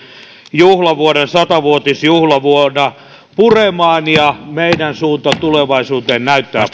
sata vuotisjuhlavuonna purra ja meidän suunta tulevaisuuteen näyttää